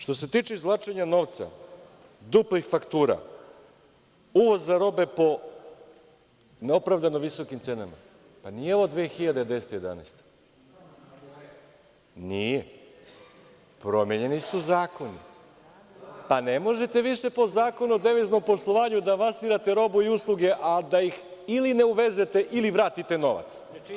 Što se tiče izvlačenja novca, duplih faktura, uvoza robe po neopravdano visokim cenama, nije ovo 2010-2011, nije, promenjeni su zakoni, pa ne možete više po Zakonu o deviznom poslovanju da vasirate robu i usluge, a da ih ili ne uvezete ili vratite novac.